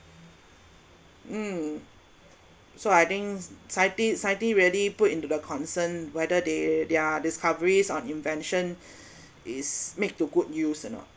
mm so I think scienti~ scientist really put into the concern whether they their discoveries on invention is made to good use or not